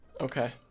Okay